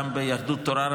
גם ביהדות התורה,